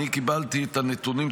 אני קיבלתי את הנתונים,